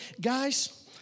Guys